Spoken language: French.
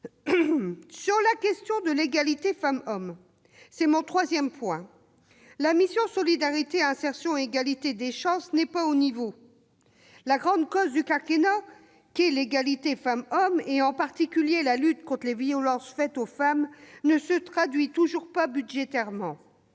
Sur la question de l'égalité entre les femmes et les hommes, c'est mon troisième point, la mission « Solidarité, insertion et égalité des chances » n'est pas au niveau. La grande cause du quinquennat qu'est l'égalité entre les femmes et les hommes, en particulier la lutte contre les violences faites aux femmes, ne se traduit toujours pas budgétairement.